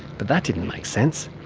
but that didn't make sense.